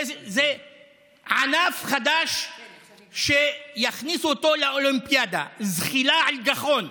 זה ענף חדש שיכניסו לאולימפיאדה, זחילה על גחון.